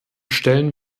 stellen